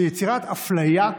זו יצירת אפליה,